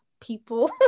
people